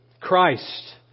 Christ